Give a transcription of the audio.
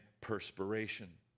perspiration